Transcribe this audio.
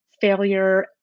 failure